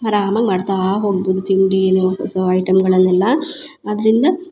ಅರಾಮಾಗ ಮಾಡ್ತಾ ಹೋಗ್ಬೋದು ತಿಂಡಿ ಎನಿ ಹೊಸ ಹೊಸ ಐಟೆಮ್ಗಳನ್ನೆಲ್ಲ ಆದ್ದರಿಂದ